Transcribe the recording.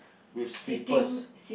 with slippers